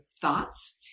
thoughts